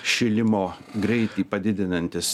šilimo greitį padidinantis